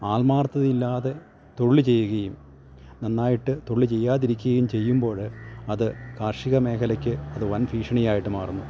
ആത്മാർഥത ഇല്ലാതെ തൊഴിൽ ചെയ്യുകയും നന്നായിട്ട് തൊഴില് ചെയ്യാതിരിക്കയും ചെയ്യുമ്പോഴ് അത് കാർഷിക മേഖലക്ക് അത് വൻ ഭീക്ഷണി ആയിട്ട് മാറുന്നു